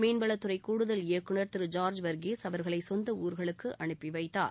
மீன்வளத்துறைகூடுதல் இயக்குநர் திரு ஜார்ஜ் வர்கீஸ் அவர்களைசொந்தஊர்களுக்குஅனுப்பிவைத்தார்